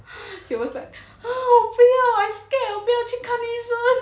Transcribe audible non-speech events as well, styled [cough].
[breath] she always like !huh! 我不要 I scared 我不要去看医生